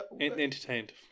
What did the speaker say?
Entertained